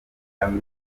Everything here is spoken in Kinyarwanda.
kandi